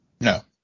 No